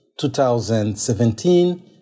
2017